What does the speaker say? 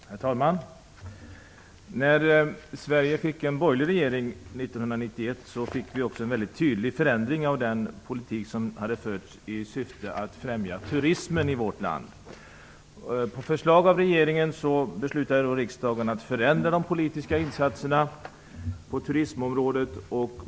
Herr talman! När Sverige fick en borgerlig regering 1991 fick vi också en mycket tydlig förändring av den politik som hade förts i syfte att främja turismen i vårt land. På förslag av regeringen beslutade då riksdagen att förändra de politiska insatser på turistområdet.